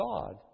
God